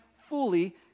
fully